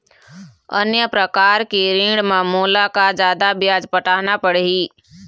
अन्य प्रकार के ऋण म मोला का जादा ब्याज पटाना पड़ही?